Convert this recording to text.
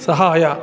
ಸಹಾಯ